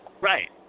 Right